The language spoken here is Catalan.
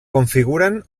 configuren